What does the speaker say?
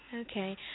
Okay